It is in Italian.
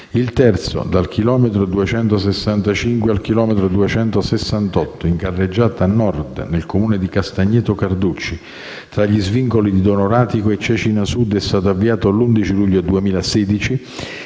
il terzo, dal chilometro 265 al chilometro 268 in carreggiata Nord nel Comune di Castagneto Carducci, tra gli svincoli di Donoratico e Cecina Sud, è stato avviato l'11 luglio 2016